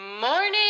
morning